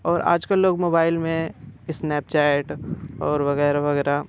और आजकल लोग मोबाइल में स्नैपचैट और वगैरह वगैरह